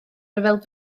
ryfel